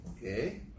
Okay